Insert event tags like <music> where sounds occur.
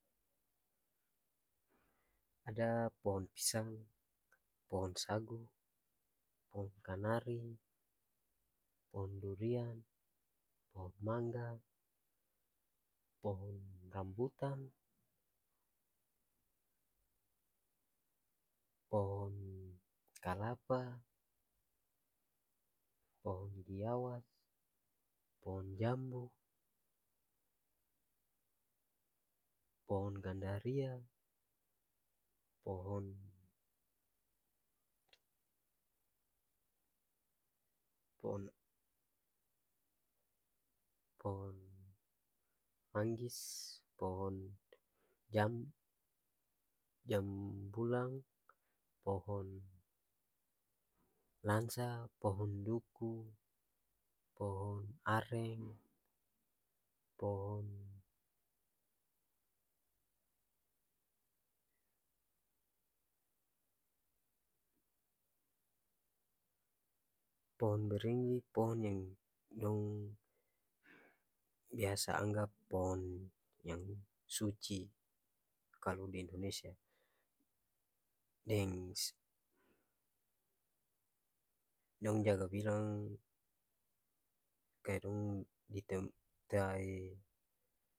Ada pohong pisang, pohong sagu, pohong kanari, pohong duriang, pohong mangga, pohong rambutan, pohong kalapa, pohong giawas, pohong jambu, pohong gandaria, pohong <hesitation> manggis, pohong jambu jambu bulang, pohong langsa, pohong duku, pohong areng, pohong <hesitation> beringing pohong yang dong biasa anggap pohong yang suci kalu di indonesia deng <hesitation> dong jaga bilang kalu. <unintelligible>